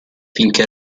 finché